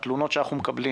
התלונות שאנחנו מקבלים